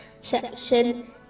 section